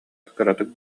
кыратык